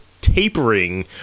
tapering